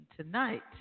tonight